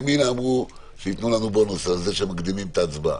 ימינה אמרו שייתנו לנו בונוס על זה שמקדימים את ההצבעה.